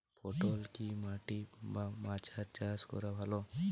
পটল কি মাটি বা মাচায় চাষ করা ভালো?